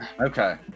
Okay